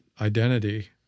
Identity